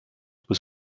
was